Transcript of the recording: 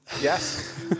Yes